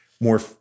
more